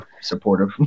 supportive